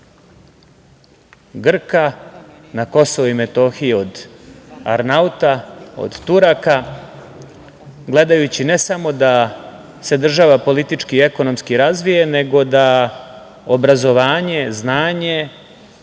od Grka, na KiM od Arnauta, od Turaka, gledajući ne samo da se država politički i ekonomski razvije, nego i da obrazovanje, znanje